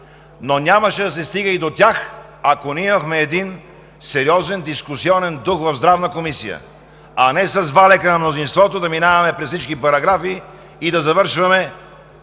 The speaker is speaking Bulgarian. Но нямаше да се стига и до тях, ако имахме един сериозен дискусионен дух в Здравната комисия, а не с валяка на мнозинството да минаваме през всички параграфи и да завършваме